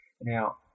Now